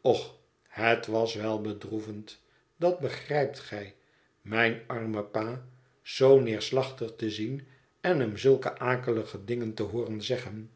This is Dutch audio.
och het was wel bedroevend dat begrijpt gij mijn armen pa zoo neerslachtig te zien en hem zulke akelige dingen te hooren zeggen